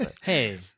Hey